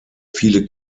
viele